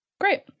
Great